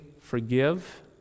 forgive